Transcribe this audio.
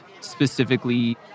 specifically